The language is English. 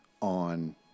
on